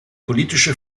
politische